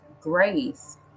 grace